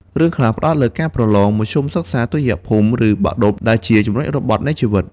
រឿងខ្លះផ្តោតលើការប្រឡង មធ្យមសិក្សាទុតិយភូមិ ឬបាក់ឌុប ដែលជាចំណុចរបត់នៃជីវិត។